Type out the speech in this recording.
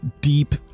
deep